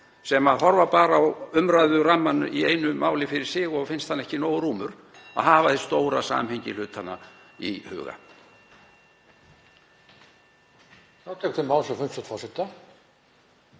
sem horfa bara á umræðurammann í hverju máli fyrir sig, og finnst hann ekki nógu rúmur, að hafa hið stóra samhengi hlutanna í huga.